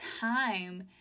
time